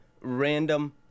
random